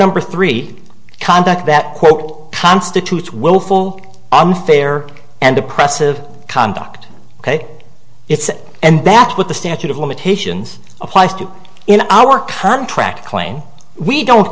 number three conduct that quote constitutes willful unfair and oppressive conduct ok it's it and that's what the statute of limitations applies to in our contract clane we don't